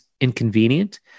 inconvenient